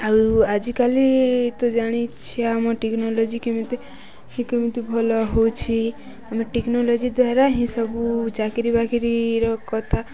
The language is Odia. ଆଉ ଆଜିକାଲି ତ ଜାଣିଛ ଆମ ଟେକ୍ନୋଲୋଜି କେମିତି କେମିତି ଭଲ ହେଉଛି ଆମେ ଟେକ୍ନୋଲୋଜି ଦ୍ୱାରା ହିଁ ସବୁ ଚାକିରିବାକିରିର କଥା